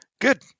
Good